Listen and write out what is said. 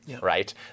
Right